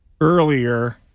earlier